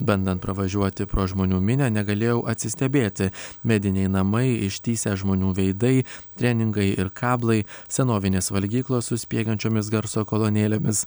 bandant pravažiuoti pro žmonių minią negalėjau atsistebėti mediniai namai ištįsę žmonių veidai treningai ir kablai senovinės valgyklos su spiegiančiomis garso kolonėlėmis